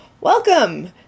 welcome